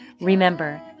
Remember